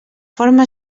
forma